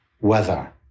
weather